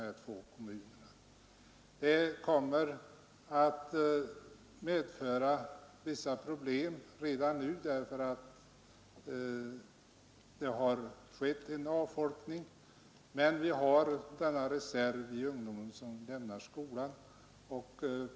Redan en sådan stabilisering kommer att medföra vissa problem därför att en avfolkning har skett, men vi har en reserv i den ungdom som lämnar skolan.